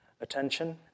attention